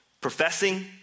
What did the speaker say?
professing